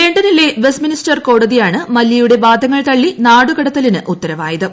ലണ്ടനിലെ വെസ്റ്റ്മിനിസ്റ്റർ കോടതിയാണ് മല്ല്യയുടെ വാദങ്ങൾ തള്ളി നാടുകടത്തിലിന് ഉത്തരവായത്